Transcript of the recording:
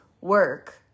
work